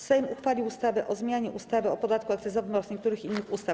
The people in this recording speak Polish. Sejm uchwalił ustawę o zmianie ustawy o podatku akcyzowym oraz niektórych innych ustaw.